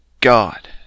God